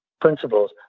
principles